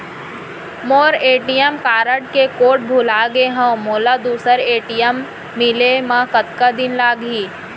मोर ATM card के code भुला गे हव, मोला दूसर ए.टी.एम मिले म कतका दिन लागही?